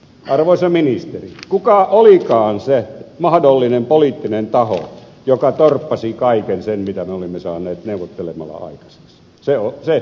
arvoisa ministeri kuka olikaan se mahdollinen poliittinen taho joka torppasi kaiken sen minkä me olimme saaneet neuvottelemalla aikaiseksi